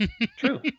True